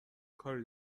کاری